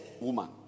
woman